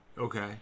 Okay